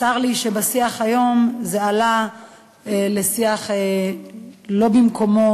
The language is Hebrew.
צר לי שהיום זה עלה לשיח שלא במקומו,